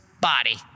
body